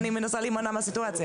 לכן, אני מנסה להימנע מהסיטואציה.